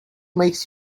makes